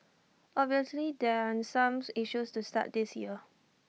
obviously there aren't the same issues to start this year